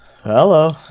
Hello